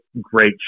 great